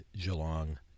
Geelong